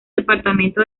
departamento